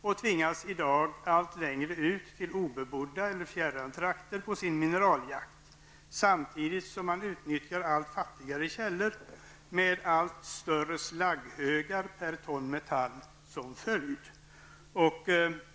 Man tvingas i dag allt längre ut till obebodda eller fjärran trakter på sin mineraljakt, samtidigt som man utnyttjar allt fattigare källor med allt större slagghögar per ton metall som följd.